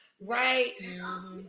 right